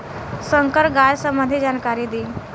संकर गाय संबंधी जानकारी दी?